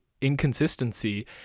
inconsistency